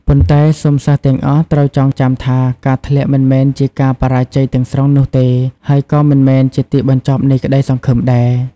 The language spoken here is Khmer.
ប៉ុន្តែ សូមសិស្សទាំងអស់ត្រូវចងចាំថា ការធ្លាក់មិនមែនជាការបរាជ័យទាំងស្រុងនោះទេ ហើយក៏មិនមែនជាទីបញ្ចប់នៃក្តីសង្ឃឹមដែរ។